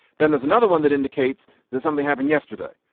then there's another one that indicates that something happened yesterday.